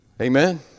Amen